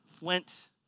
went